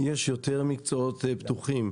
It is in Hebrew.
יש יותר מקצועות פתוחים,